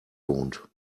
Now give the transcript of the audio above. wohnt